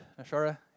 nashara